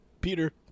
Peter